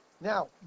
now